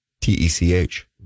t-e-c-h